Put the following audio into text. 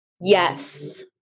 yes